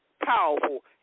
powerful